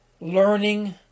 Learning